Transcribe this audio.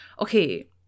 okay